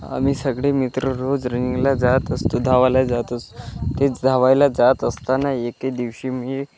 आम्ही सगळे मित्र रोज रनिंगला जात असतो धावायला जात असू ते धावायला जात असताना एके दिवशी मी